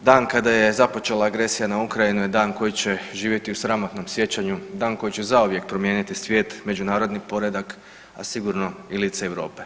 dan kada je započela agresija na Ukrajinu je dan koji će živjeti u sramotnom sjećanju, dan koji će zauvijek promijeniti svijet, međunarodni poredak, a sigurno i lice Europe.